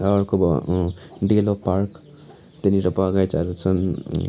र अर्को भयो डेलो पार्क त्यहाँनिर बगैँचाहरू छन्